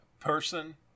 person